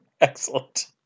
Excellent